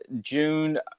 June